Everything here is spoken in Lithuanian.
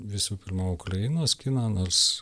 visų pirma ukrainos kiną nors